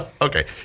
Okay